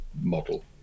model